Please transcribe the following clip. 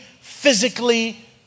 physically